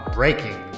Breaking